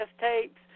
tapes